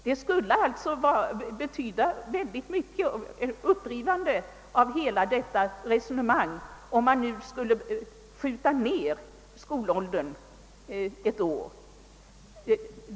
Det skulle alltså betyda ett upprivande av hela detta resonemang om man nu skulle låta skolgången sluta ett år tidigare.